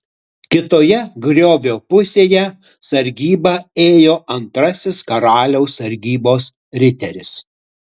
kitoje griovio pusėje sargybą ėjo antrasis karaliaus sargybos riteris